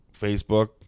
Facebook